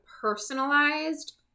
personalized